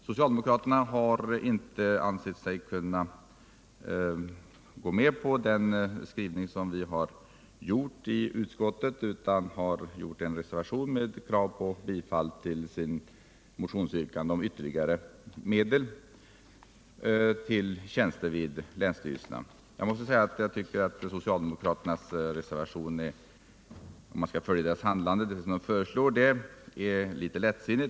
Socialdemokraterna har inte ansett sig kunna gå med på utskottsmajoritetens skrivning utan har i en reservation yrkat bifall till sitt motionsyrkande om ytterligare medel till tjänster vid länsstyrelserna. Jag tycker att socialdemokraternas reservation, om man skulle följa det handlande som föreslås där, är litet lättsinnig.